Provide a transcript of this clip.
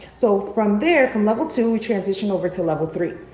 so from there from level two, we transition over to level three.